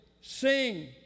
sing